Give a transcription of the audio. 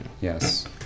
yes